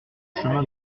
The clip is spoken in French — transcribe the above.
chemin